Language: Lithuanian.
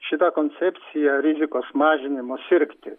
šita koncepcija rizikos mažinimo sirgti